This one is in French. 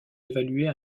évaluer